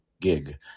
gig